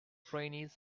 trainees